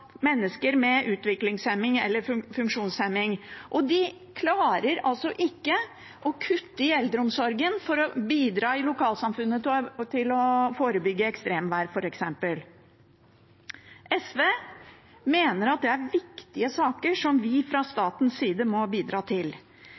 mennesker med utviklingshemming eller funksjonshemming. De klarer ikke å kutte i eldreomsorgen for å bidra i lokalsamfunnet til f.eks. å forebygge ekstremvær. SV mener at det er viktige saker som vi fra